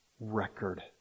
record